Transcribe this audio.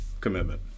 commitment